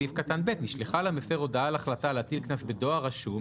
בסעיף קטן (ב): "נשלחה למפר הודעה על החלטה להטיל קנס בדואר רשום,